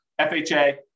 FHA